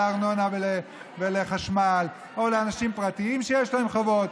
לארנונה ולחשמל או לאנשים פרטיים שיש להם חובות,